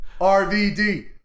RVD